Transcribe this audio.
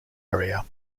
area